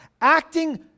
acting